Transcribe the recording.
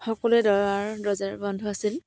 সকলোৱে বন্ধ আছিল